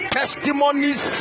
testimonies